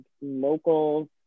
locals